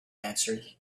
answered